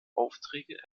aufträge